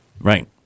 Right